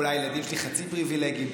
אולי הילדים שלי חצי פריבילגיים.